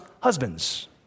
husbands